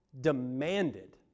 demanded